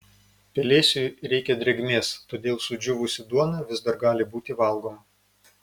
pelėsiui reikia drėgmės todėl sudžiūvusi duona vis dar gali būti valgoma